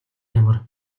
ямар